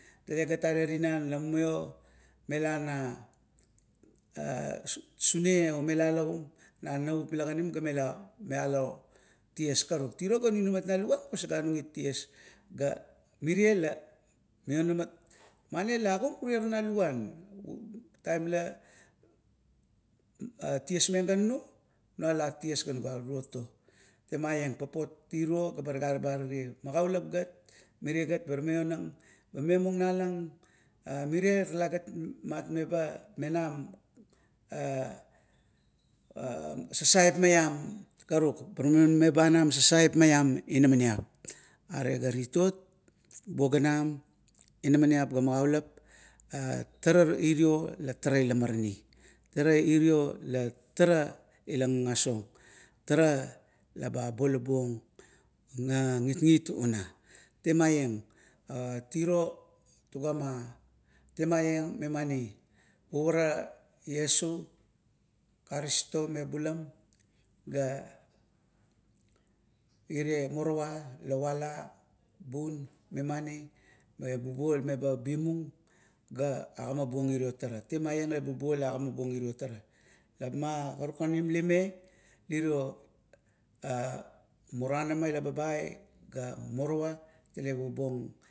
Talegat are tina la mumaio mila na sune o mila lagum na navup mila ganim ga mela mialo ties tiro karuk. Tiro la nunamat na luvan ga osaganung ties. Ga mire la maionamat, mani la agat la nunamat na luvan, taim la ties meng ga nuno, nala ties ga na ga turot to, temaieng. Sapos turuo ebar talagar, magaulap. gat mire gat bar maionang, eba maionang alang, mire talagat tuga menam sasaip maiam karuk ebar man menam sasaip maiam inamaniap. Are ga titot bubuo ganam, inamaniap ga magaulap, a tara iro la tara ila marani. Tara iro la tara ila gagas ong. Tara laba abolabong na gitgit una. Temaieng a tiro tugama, temaieng memani, uvara iesu karisito mebulam ga irea morowa la vala bun. Memani? Mebubuo leba bimung ga amabuong irio tara. Temaieng mebubuo la agama buong ireo tara. Lama karukan lime irio a muranama ila babai, ga morowa, tale.